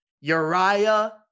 Uriah